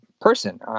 person